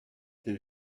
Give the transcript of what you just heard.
did